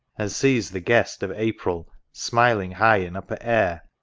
and seize the guest of april, smiling high in upper air?